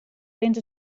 rint